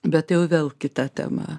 bet jau vėl kita tema